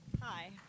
Hi